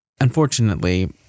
unfortunately